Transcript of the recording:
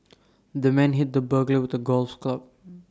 the man hit the burglar with A golf club